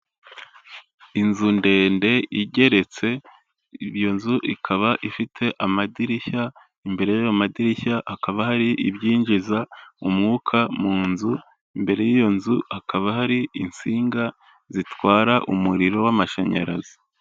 Inzu ndende igeretse, iyo nzu ikaba ifite amadirishya, imbere y'ayo madirishya hakaba hari ibyinjiza umwuka mu nzu, imbere y'iyo nzu hakaba hari insinga zitwara umuriro w'amashanyarazi.